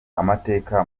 amateka